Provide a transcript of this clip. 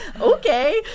okay